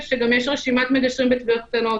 פרט לכך שיש גם רשימת מגשרים בתביעות קטנות